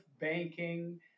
banking